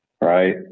right